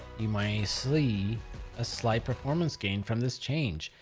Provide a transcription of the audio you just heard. you might see a slight performance gain from this change.